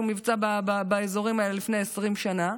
מבצע באזורים האלה היה לפני 20 שנה,